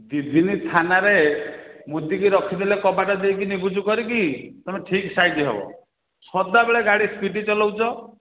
ଦୁଇ ଦିନ ଥାନାରେ ମୁଜିକି ରଖିଦେଲେ କବାଟ ଦେଇକି ନିଜୁବୁ କରିକି ତୁମେ ଠିକ୍ ସାଇଜ୍ ହେବ ସଦାବେଳେ ଗାଡ଼ି ସ୍ପିଡ୍ ଚଲାଉଛ